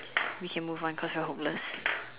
we can move on cause we are hopeless